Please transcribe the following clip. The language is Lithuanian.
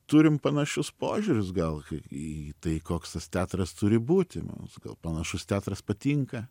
turim panašius požiūrius gal kiek į tai koks tas teatras turi būti mums gal panašus teatras patinka